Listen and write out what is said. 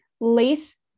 lace